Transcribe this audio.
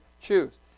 choose